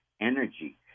energy